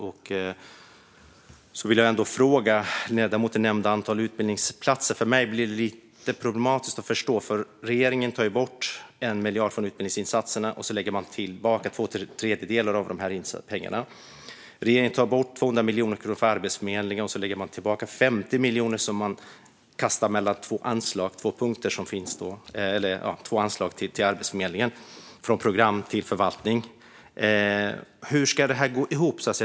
Jag vill ställa en fråga eftersom ledamoten nämnde antalet utbildningsplatser. För mig blir det lite problematiskt att förstå. Regeringen tar ju bort 1 miljard från utbildningsinsatserna och lägger tillbaka två tredjedelar av de pengarna. Regeringen tar bort 200 miljoner kronor från Arbetsförmedlingen och lägger tillbaka 50 miljoner. De kastas mellan två anslag till Arbetsförmedlingen, från program till förvaltning. Hur ska det gå ihop?